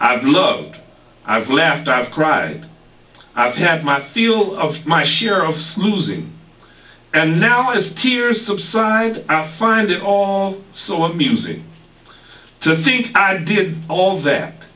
i've loved i've left out of pride i've had my fill of my share of losing and now as tears subside i find it all so amusing to think i did all that